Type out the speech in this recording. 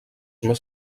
més